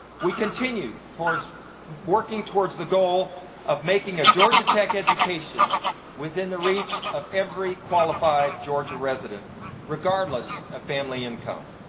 we continue towards working towards the goal of making a georgia tech education within the reach of every qualified georgia resident regardless of family income.